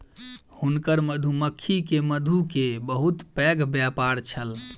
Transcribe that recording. हुनकर मधुमक्खी के मधु के बहुत पैघ व्यापार छल